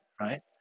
right